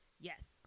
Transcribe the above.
Yes